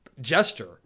gesture